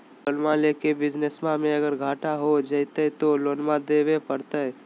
लोनमा लेके बिजनसबा मे अगर घाटा हो जयते तो लोनमा देवे परते?